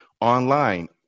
online